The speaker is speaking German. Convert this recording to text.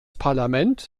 parlament